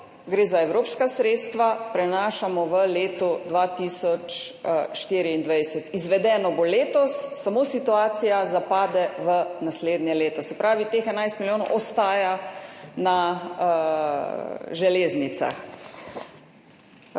gre za evropska sredstva, prenašamo v leto 2024. Izvedeno bo letos, samo situacija zapade v naslednje leto. Se pravi, teh 11 milijonov ostaja pri železnicah.